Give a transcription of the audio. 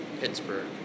Pittsburgh